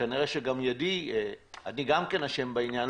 וכנראה שגם אני גם כן אשם בעניין.